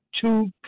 two